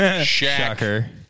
Shocker